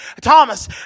Thomas